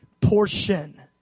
portion